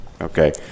Okay